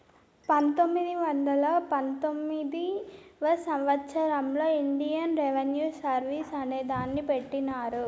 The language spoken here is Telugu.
పంతొమ్మిది వందల పంతొమ్మిదివ సంవచ్చరంలో ఇండియన్ రెవిన్యూ సర్వీస్ అనే దాన్ని పెట్టినారు